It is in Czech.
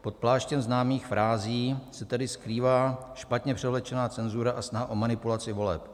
Pod pláštěm známých frází se tedy skrývá špatně převlečená cenzura a snaha o manipulaci voleb.